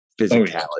physicality